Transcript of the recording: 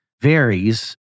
varies